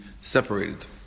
separated